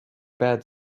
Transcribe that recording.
bed